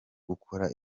gukora